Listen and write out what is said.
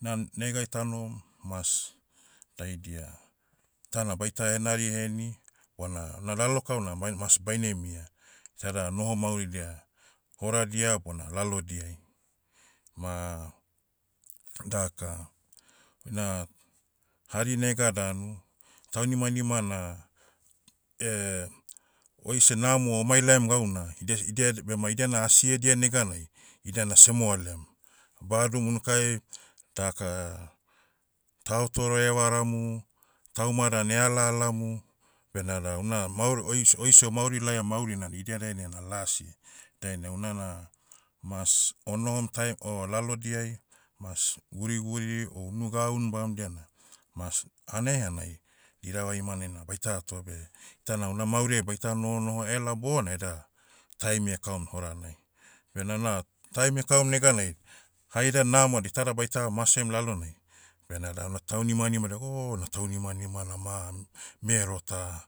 Na negai tanohom, mas, daidia, tana baita henari heni, bona una lalokau na man- mas baine mia. Tada noho mauridia, horadia bona lalodiai. Ma, daka, oina, hari nega danu, taunimanima na, eh, oise namo omailaiam gauna, idia s- idia ed- bema idia na asi edia neganai, idiana semoalem. Badu mo unukai, daka, tao tore evaramu, tauma dan eala alamu. Benada una maoro ois- oise omauri laiam naurina na idia dainai na lasi. Dainai unana, mas onohom taem, o laodiai. Mas guriguri, o unu gau unu bamdia na, mas, hanai hanai, dirava imanai na baita atoa beh, itana una mauriai baita noho noho ela bona eda, taemi ekaum horanai. Bena na, taim ekaum neganai, haida namo da itada baita masem lalonai, benada una taunimanima deg o, una taunimanima na ma, mero ta.